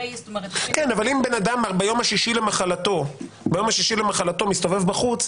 אבל אם בן אדם ביום השישי למחלתו מסתובב בחוץ,